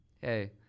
hey